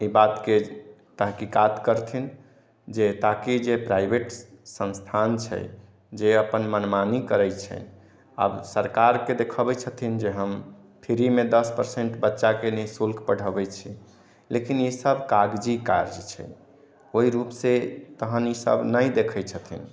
एहि बात के तहकीकात करथिन जे ताकि जे प्राइवेट संस्थान छै जे अपन मनमानी करै छै अब सरकार के देखबै छथिन जे हम फ्री मे दस पर्सेंट बच्चा के निशुल्क पढ़बै छी लेकिन इसब कागजी काज छै ओहि रूप से तहन इसब नहि देखै छथिन